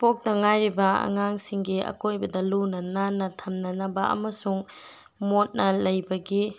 ꯄꯣꯛꯇ ꯉꯥꯏꯔꯤꯕ ꯑꯉꯥꯡꯁꯤꯡꯒꯤ ꯑꯀꯣꯏꯕꯗ ꯂꯨꯅ ꯅꯥꯟꯅ ꯊꯝꯅꯅꯕ ꯑꯃꯁꯨꯡ ꯃꯣꯠꯅ ꯂꯩꯕꯒꯤ